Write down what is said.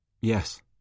Yes